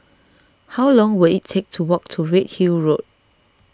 how long will it take to walk to Redhill Road